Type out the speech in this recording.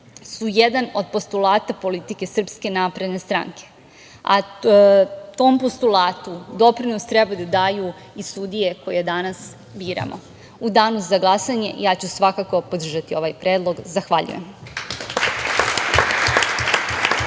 su jedan od postulata politike Srpske napredne stranke, a tom postulatu doprinos treba da daju i sudije koje danas biramo.U danu za glasanje, ja ću svakako podržati ovaj Predlog. Zahvaljujem.